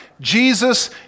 Jesus